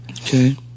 Okay